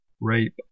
rape